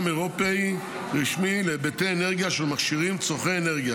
אירופי רשמי להיבטי אנרגיה של מכשירים צורכי אנרגיה,